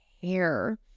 care